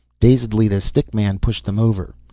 dazedly the stick man pushed them over.